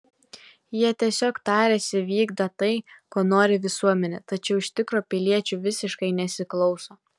jie tiesiog tariasi vykdą tai ko nori visuomenė tačiau iš tikro piliečių visiškai nesiklauso